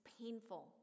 painful